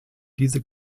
diese